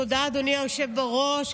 תודה, אדוני היושב בראש.